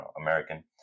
American